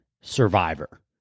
Survivor